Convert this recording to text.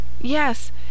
Yes